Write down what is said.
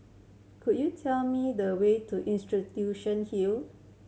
could you tell me the way to Institution Hill